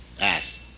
ass